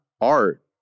art